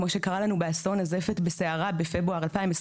כמו שקרה לנו באסון הזפת בסערה בפברואר 2021,